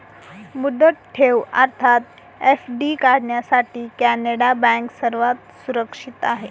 मुदत ठेव अर्थात एफ.डी काढण्यासाठी कॅनडा बँक सर्वात सुरक्षित आहे